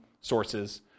sources